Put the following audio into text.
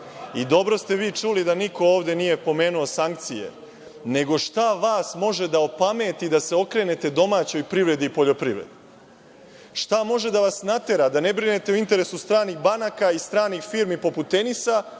I dobro ste vi čuli da niko ovde nije pomenuo sankcije, nego šta vas može da opameti da se okrenete domaćoj privredi i poljoprivredi. Šta može da vas natera da ne brinete o interesu stranih banaka i stranih firmi, poput Tenisa,